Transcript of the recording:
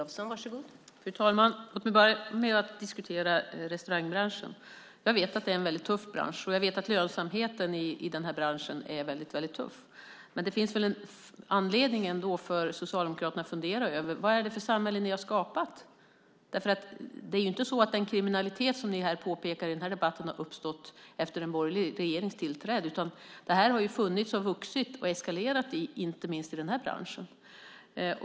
Fru talman! Låt mig börja med att diskutera restaurangbranschen. Jag vet att det är en väldigt tuff bransch, och jag vet att det är väldigt tufft att få lönsamhet i den här branschen. Men det finns väl ändå en anledning för er socialdemokrater att fundera över vad det är för samhälle som ni har skapat. Det är ju inte så att den kriminalitet som ni pekar på i den här debatten har uppstått efter en borgerlig regerings tillträde, utan det här har ju funnits, vuxit och eskalerat, inte minst i den här branschen.